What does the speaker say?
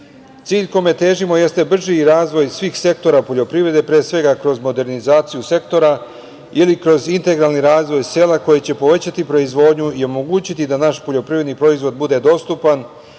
kome težimo jeste brži razvoj svih sektora poljoprivrede, pre svega kroz modernizaciju sektora ili kroz integralni razvoj sela koji će povećati proizvodnju i omogućiti da naš poljoprivredni proizvod bude dostupan